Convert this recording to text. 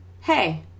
hey